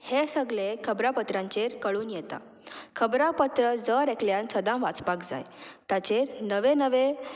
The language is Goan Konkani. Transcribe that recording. हे सगळे खबरापत्रांचेर कळून येता खबरापत्र जर एकल्यान सदांच वाचपाक जाय ताचेर नवे नवे